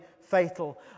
fatal